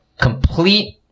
complete